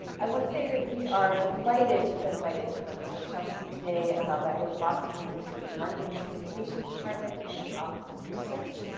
i want to say that we are delighted to have been invited to run this workshop with you today ah by both boston university's marketing communications department and the office of research.